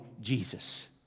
Jesus